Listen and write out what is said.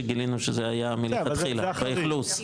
שגילינו שזה היה מלכתחילה באכלוס.